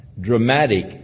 dramatic